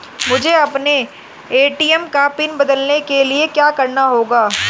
मुझे अपने ए.टी.एम का पिन बदलने के लिए क्या करना होगा?